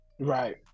right